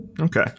Okay